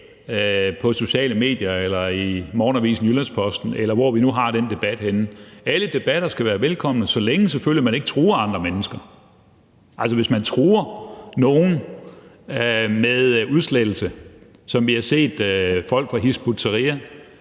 på sociale medier eller i Morgenavisen Jyllands-Posten, eller hvor vi nu har den debat henne. Alle debatter skal være velkomne, så længe man selvfølgelig ikke truer andre mennesker. Altså, hvis man truer nogen med udslettelse, som vi har set det med folk fra Hizb ut-Tahrir,